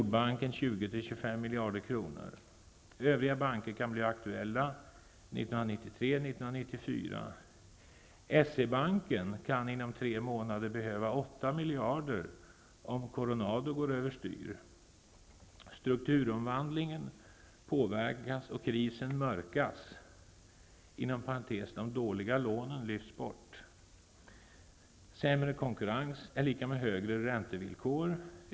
De övriga svenska bankerna tvingas ensamma var och en bära sina ''dåliga lån'' balansmässigt/ resultatmässigt. -- Skapar stor arbetslöshet . Sämre konkurrens är lika med högre räntevillkor.